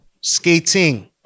skating